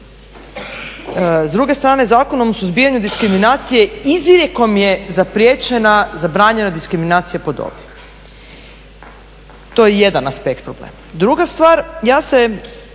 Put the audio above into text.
S druge strane, Zakonom o suzbijanju diskriminacije izrijekom je zapriječena, zabranjena diskriminacija po dobi. To je jedan aspekt problema, druga stvar, ja se